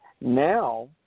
Now